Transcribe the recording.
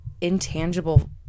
intangible